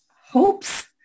hopes